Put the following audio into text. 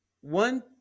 one